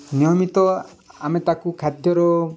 ନିୟମିତ ଆମେ ତାକୁ ଖାଦ୍ୟର